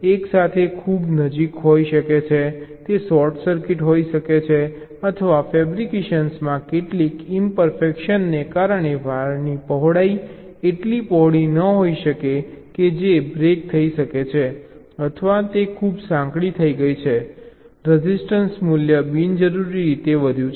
એકસાથે ખૂબ નજીક હોઈ શકે છે શોર્ટ સર્કિટ હોઈ શકે છે અથવા ફેબ્રિકેશનમાં કેટલીક ઇમ્પરફેકશનને કારણે વાયરની પહોળાઈ એટલી પહોળી ન હોઈ શકે કે જે બ્રેક થઈ શકે છે અથવા તે ખૂબ સાંકડી થઈ ગઈ છે રજિસ્ટન્સ મૂલ્ય બિનજરૂરી રીતે વધ્યું છે